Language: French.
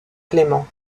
clément